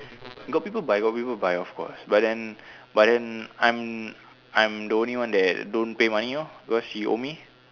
got people buy got people buy of course but then but then I am I am the only one don't pay money lor because she owe me